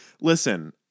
listen